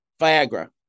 Viagra